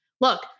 Look